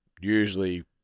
usually